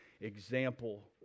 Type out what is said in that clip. example